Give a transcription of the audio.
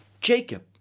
Jacob